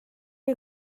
you